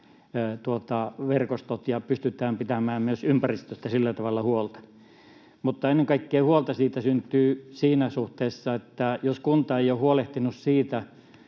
likavesiverkostot ja pystytään pitämään myös ympäristöstä sillä tavalla huolta. Mutta ennen kaikkea huolta siitä syntyy siinä suhteessa, jos kunta ei ole huolehtinut siitä,